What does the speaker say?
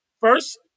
first